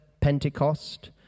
Pentecost